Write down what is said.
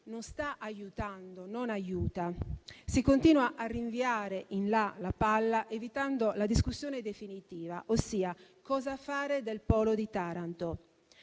non sta aiutando. Si continua a spostare in là la palla, evitando la discussione definitiva, ossia cosa fare del polo di Taranto.